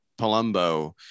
Palumbo